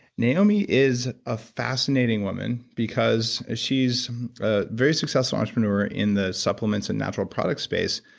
naomi is a fascinating woman because she's a very successful entrepreneur in the supplements and natural products space,